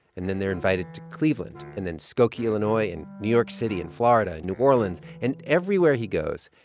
and then they're invited to cleveland and then skokie, illinois, and new york city and florida, and new orleans. and everywhere he goes,